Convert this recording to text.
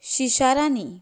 शिशारांनीं